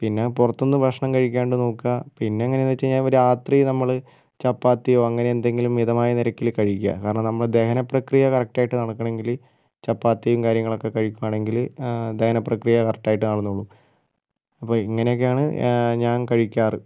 പിന്നെ പുറത്ത് നിന്ന് ഭക്ഷണം കഴിക്കാതെ നോക്കുക പിന്നെ എങ്ങനെയാണെന്ന് വെച്ചുകഴിഞ്ഞാല് രാത്രി നമ്മള് ചപ്പാത്തിയോ അങ്ങനെ എന്തെങ്കിലും മിതമായ നിരക്കിൽ കഴിക്കുക കാരണം നമ്മള് ദഹനപ്രക്രിയ കറക്ട് ആയിട്ട് നടക്കണമെങ്കില് ചപ്പാത്തിയും കാര്യങ്ങളുമൊക്കെ കഴിക്കുകയാണെങ്കില് ദഹനപ്രക്രിയ കറക്റ്റ് ആയിട്ട് നടന്നുകൊള്ളും അപ്പോൾ ഇങ്ങനെയൊക്കെയാണ് ഞാൻ കഴിക്കാറ്